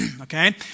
okay